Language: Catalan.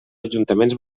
ajuntaments